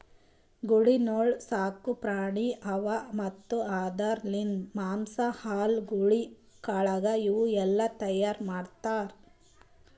ಗೂಳಿಗೊಳ್ ಸಾಕು ಪ್ರಾಣಿಗೊಳ್ ಅವಾ ಮತ್ತ್ ಇದುರ್ ಲಿಂತ್ ಮಾಂಸ, ಹಾಲು, ಗೂಳಿ ಕಾಳಗ ಇವು ಎಲ್ಲಾ ತೈಯಾರ್ ಮಾಡ್ತಾರ್